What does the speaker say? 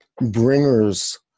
bringers